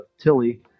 Tilly